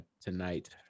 tonight